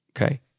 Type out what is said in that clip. okay